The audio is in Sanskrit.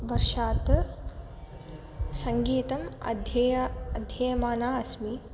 वर्षात् सङ्गीतम् अध्येया अध्येयमाना अस्मि